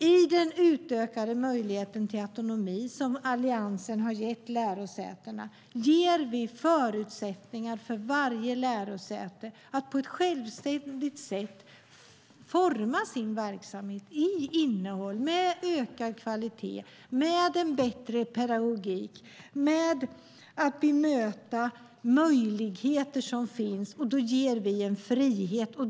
I och med den utökade möjligheten till autonomi som Alliansen har gett lärosätena ger vi förutsättningar för varje lärosäte att på ett självständigt sätt forma sin verksamhet i fråga om innehåll med ökad kvalitet, med en bättre pedagogik och med andra möjligheter som finns. Då ger vi en frihet.